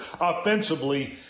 Offensively